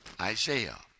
Isaiah